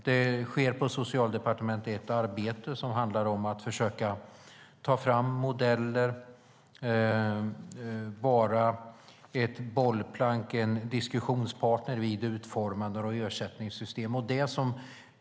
Det sker ett arbete på Socialdepartementet som handlar om att försöka ta fram modeller och vara ett bollplank eller en diskussionspartner vid utformandet av ersättningssystem.